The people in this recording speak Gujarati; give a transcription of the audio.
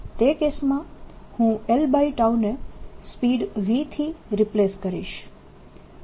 તે કેસમાં હું l ને સ્પીડ v થી રિપ્લેસ કરીશ